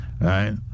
right